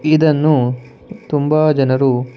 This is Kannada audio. ಇದನ್ನು ತುಂಬ ಜನರು